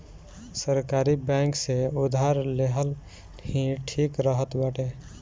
सरकारी बैंक से उधार लेहल ही ठीक रहत बाटे